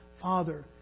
Father